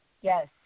Yes